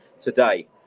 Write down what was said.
today